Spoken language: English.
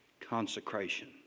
Consecration